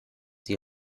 die